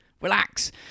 Relax